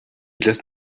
just